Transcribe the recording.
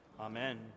Amen